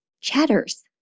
chatters